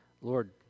Lord